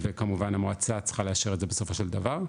וכמובן המועצה צריכה לאשר את זה בסופו של דבר,